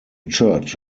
church